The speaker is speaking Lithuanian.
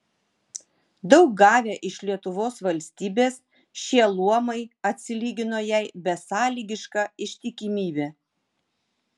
daug gavę iš lietuvos valstybės šie luomai atsilygino jai besąlygiška ištikimybe